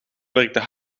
werkte